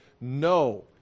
no